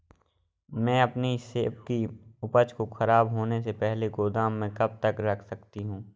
मैं अपनी सेब की उपज को ख़राब होने से पहले गोदाम में कब तक रख सकती हूँ?